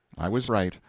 i was right.